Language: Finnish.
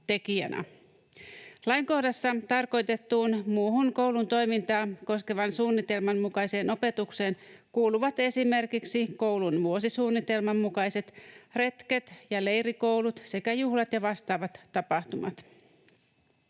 Lainkohdassa tarkoitettuun muuhun koulun toimintaa koskevan suunnitelman mukaiseen opetukseen kuuluvat esimerkiksi koulun vuosisuunnitelman mukaiset retket ja leirikoulut sekä juhlat ja vastaavat tapahtumat.